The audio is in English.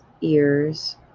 ears